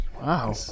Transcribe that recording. Wow